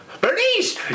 Bernice